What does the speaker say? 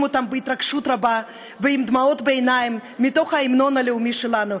בהתרגשות רבה ועם דמעות בעיניים מתוך ההמנון הלאומי שלנו: